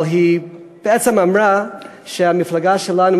אבל בעצם היא אמרה שהמפלגה שלנו,